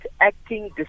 acting